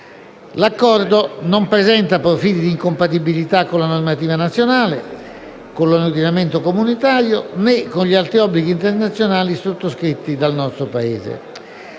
L'Accordo non presenta profili di incompatibilità con la normativa nazionale, con l'ordinamento comunitario né con gli altri obblighi internazionali sottoscritti dal nostro Paese,